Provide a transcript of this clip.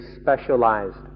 specialized